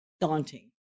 daunting